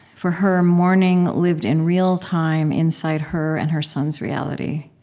for her, mourning lived in real time inside her and her son's reality.